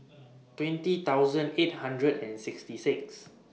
twenty thousand eight hundred and sixty six